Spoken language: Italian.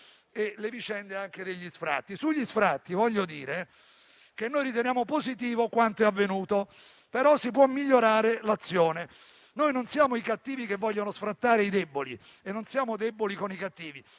le vicende degli sfratti. Sugli sfratti, vorrei dire che noi riteniamo positivo quanto è avvenuto, ma si può migliorare l'azione. Non siamo i cattivi che vogliono sfrattare i deboli e non siamo deboli con i cattivi,